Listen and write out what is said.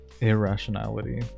irrationality